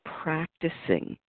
practicing